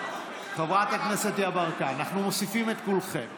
חבר הכנסת יברקן, אנחנו מוסיפים את כולכם.